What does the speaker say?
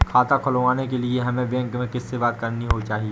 खाता खुलवाने के लिए हमें बैंक में किससे बात करनी चाहिए?